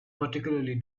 particularly